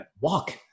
walk